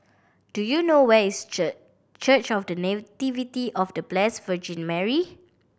do you know where is Church of The Nativity of The Bless Virgin Mary